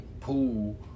pool